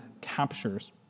captures